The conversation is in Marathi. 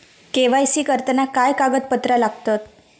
के.वाय.सी करताना काय कागदपत्रा लागतत?